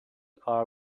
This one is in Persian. کار